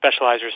specializers